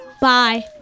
bye